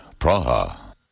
Praha